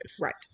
right